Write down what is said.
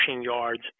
yards